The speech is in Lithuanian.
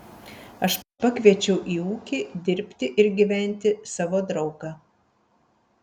aš pakviečiau į ūkį dirbti ir gyventi savo draugą